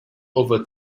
over